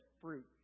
fruit